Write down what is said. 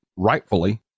Rightfully